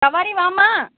சவாரி வாம்மா